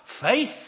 Faith